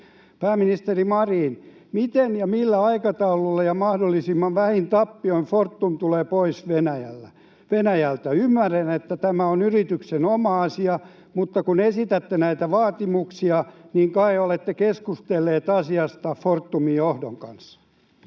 Pääministeri Marin, miten ja millä aikataululla ja mahdollisimman vähin tappioin Fortum tulee pois Venäjältä? Ymmärrän, että tämä on yrityksen oma asia, mutta kun esitätte näitä vaatimuksia, niin kai olette keskustellut asiasta Fortumin johdon kanssa?